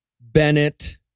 Bennett